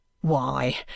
Why